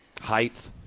height